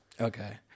Okay